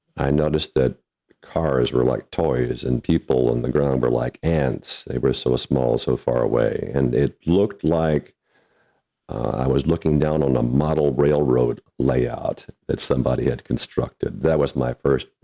i noticed that cars were like toys and people on the ground were like ants, they were so small, so far away, and it looked like i was looking down on the ah model railroad layout that somebody had constructed. that was my first,